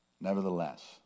Nevertheless